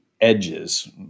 edges –